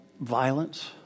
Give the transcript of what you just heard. violence